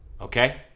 Okay